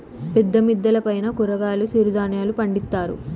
పెద్ద మిద్దెల పైన కూరగాయలు సిరుధాన్యాలు పండిత్తారు